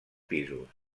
pisos